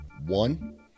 One